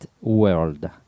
world